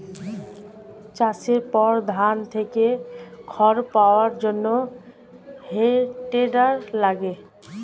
চাষের পর ধান থেকে খড় পাওয়ার জন্যে হে টেডার লাগে